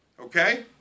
Okay